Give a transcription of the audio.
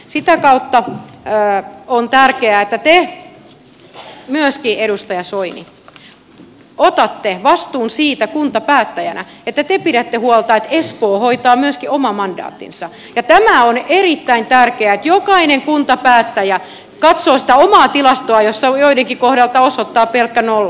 sitä kautta on tärkeää että myöskin te edustaja soini otatte vastuun kuntapäättäjänä siitä että te pidätte huolta että espoo hoitaa myöskin oman mandaattinsa ja tämä on erittäin tärkeää että jokainen kuntapäättäjä katsoo sitä omaa tilastoaan jossa joidenkin kohdalta osoittaa pelkkä nolla